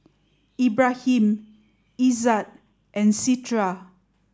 Ibrahim Izzat and Citra